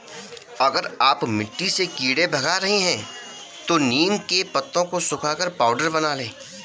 अगर आप मिट्टी से कीड़े भगा रही हैं तो नीम के पत्तों को सुखाकर पाउडर बना लें